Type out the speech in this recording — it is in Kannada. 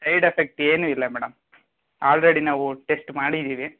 ಸೈಡ್ ಎಫೆಕ್ಟ್ ಏನೂ ಇಲ್ಲ ಮೇಡಮ್ ಆಲ್ರೆಡಿ ನಾವು ಟೆಸ್ಟ್ ಮಾಡಿದ್ದೀವಿ